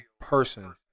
person